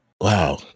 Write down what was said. Wow